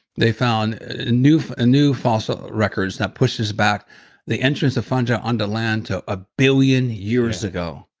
they found new new fossil records that pushes back the entrance of fungi onto land to a billion years ago.